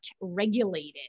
regulated